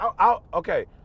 Okay